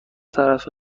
طرف